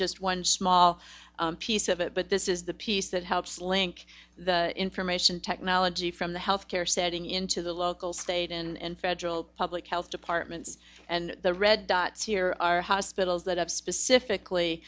just one small piece of it but this is the piece that helps link the information technology from the health care setting into the local state and federal public health departments and the red dots here are hospitals that have